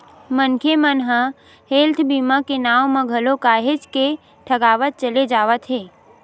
मनखे मन ह हेल्थ बीमा के नांव म घलो काहेच के ठगावत चले जावत हे